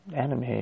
anime